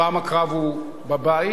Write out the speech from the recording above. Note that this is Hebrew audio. הפעם הקרב הוא בבית